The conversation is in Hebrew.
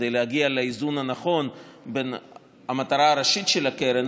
כדי להגיע לאיזון הנכון בין המטרה הראשית של הקרן,